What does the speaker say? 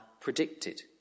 predicted